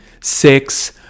six